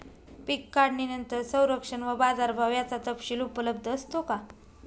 पीक काढणीनंतर संरक्षण व बाजारभाव याचा तपशील उपलब्ध असतो का?